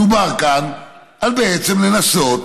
מדובר כאן בעצם על לנסות